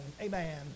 Amen